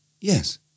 Yes